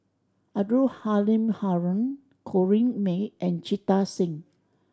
Abdul Halim Haron Corrinne May and Jita Singh